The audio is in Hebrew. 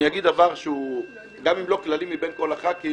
אני אגיד דבר שגם אם הוא לא כללי מבין כל הח"כים,